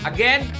Again